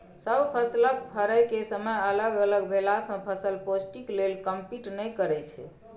सब फसलक फरय केर समय अलग अलग भेलासँ फसल पौष्टिक लेल कंपीट नहि करय छै